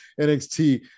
nxt